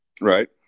Right